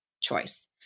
choice